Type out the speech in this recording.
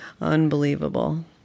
Unbelievable